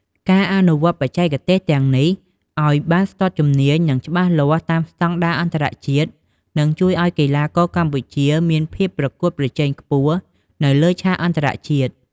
ការអនុវត្តបច្ចេកទេសទាំងនេះឲ្យបានស្ទាត់ជំនាញ និងច្បាស់លាស់តាមស្តង់ដារអន្តរជាតិ នឹងជួយឲ្យកីឡាករកម្ពុជាមានភាពប្រកួតប្រជែងខ្ពស់នៅលើឆាកអន្តរជាតិ។